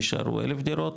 יישארו אלף דירות,